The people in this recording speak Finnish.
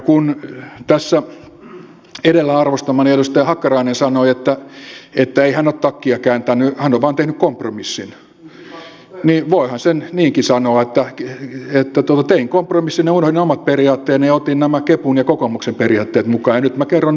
kun tässä edellä arvostamani edustaja hakkarainen sanoi että ei hän ole takkia kääntänyt hän on vain tehnyt kompromissin niin voihan sen niinkin sanoa että tein kompromissin ja unohdin ne omat periaatteeni ja otin nämä kepun ja kokoomuksen periaatteet mukaan ja nyt minä kerron niitä eteenpäin